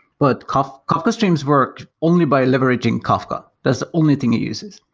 but kafka kafka streams work only by leveraging kafka. that's the only thing it uses.